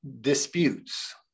disputes